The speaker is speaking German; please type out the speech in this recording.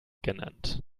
genannt